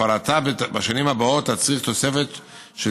הפעלתה בשנים הבאות תצריך תוספת של